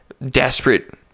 desperate